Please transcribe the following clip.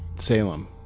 Salem